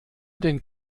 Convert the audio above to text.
den